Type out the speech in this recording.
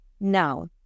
now